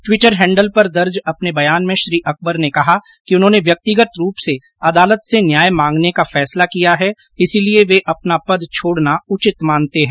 Twitter handle पर दर्ज अपने बयान में श्री अकबर ने कहा कि उन्होंने व्यक्तिगत रूप से अदालत से न्याय मांगने का फैसला किया है इसलिये वे अपना पद छोड़ना उचित मानते हैं